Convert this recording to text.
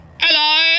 Hello